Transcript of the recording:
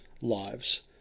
lives